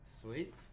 Sweet